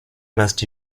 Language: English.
must